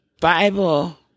Bible